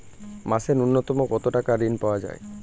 মাসে নূন্যতম কত টাকা ঋণ পাওয়া য়ায়?